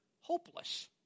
Hopeless